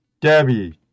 Debbie